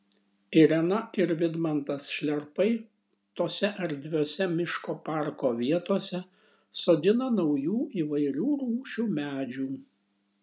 irena ir vidmantas šliarpai tose erdviose miško parko vietose sodina naujų įvairių rūšių medžių